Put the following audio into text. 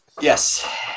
Yes